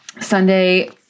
Sunday